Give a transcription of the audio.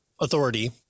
authority